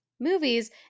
movies